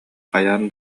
хайаан